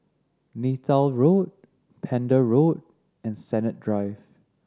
Neythal Road Pender Road and Sennett Drive